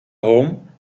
home